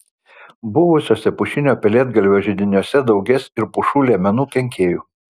buvusiuose pušinio pelėdgalvio židiniuose daugės ir pušų liemenų kenkėjų